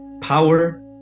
power